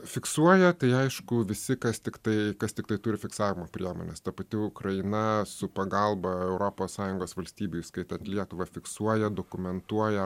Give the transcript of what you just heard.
fiksuoja tai aišku visi kas tiktai kas tiktai turi fiksavimo priemones ta pati ukraina su pagalba europos sąjungos valstybių įskaitant lietuvą fiksuoja dokumentuoja